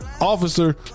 Officer